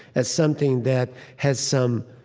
as something that has some